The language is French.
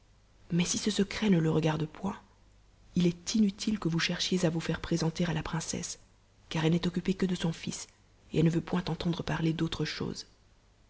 mais si ce secret ne le regarde point il est inutile que vous cherchiez à vous faire présenter à la princesse car elle n'est occupée que de son bis et eue ne veut point entendre parier d'autre chose